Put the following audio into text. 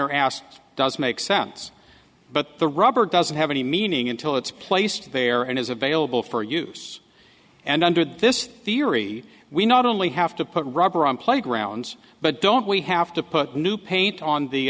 honor asked does make sense but the rubber doesn't have any meaning until it's placed there and is available for use and under this theory we not only have to put rubber on playgrounds but don't we have to put new paint on the